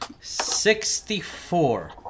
sixty-four